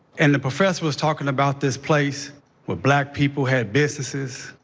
and the professor was talking about this place where black people had businesses,